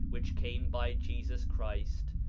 which came by jesus christ,